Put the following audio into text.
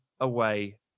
away